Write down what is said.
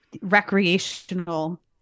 recreational